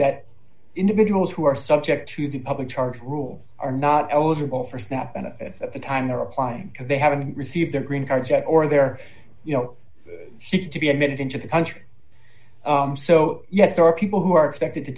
that individuals who are subject to the public charge rule are not eligible for snap benefits at the time they're applying because they haven't received their green cards yet or they're you know to be admitted into the country so yes there are people who are expected to